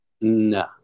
No